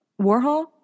Warhol